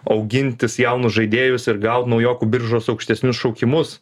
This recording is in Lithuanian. augintis jaunus žaidėjus ir gaut naujokų biržos aukštesnius šaukimus